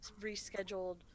rescheduled